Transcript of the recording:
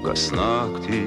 kas naktį